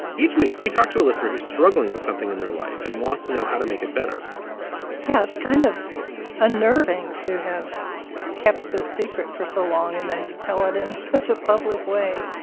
each week we talked to a listener who's struggling with something in their life and wants to know how to make it better yeah, it's kind of unnerving to have kept this secret for so long and then to tell it in and such a public way